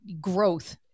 growth